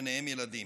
ביניהם ילדים.